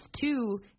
two